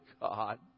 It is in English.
God